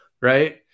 right